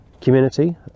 community